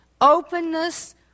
openness